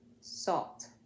salt